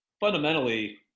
fundamentally